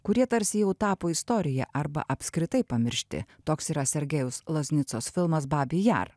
kurie tarsi jau tapo istorija arba apskritai pamiršti toks yra sergejaus loznicos filmas babij jar